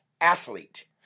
athlete